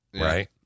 right